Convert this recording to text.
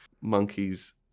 monkeys